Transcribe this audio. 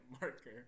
marker